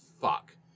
fuck